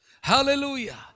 Hallelujah